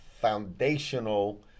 foundational